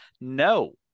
No